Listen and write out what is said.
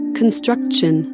construction